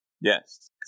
Yes